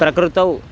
प्रकृतौ